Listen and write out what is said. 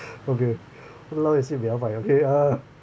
okay !walao! you see ah